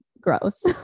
gross